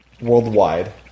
worldwide